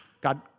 God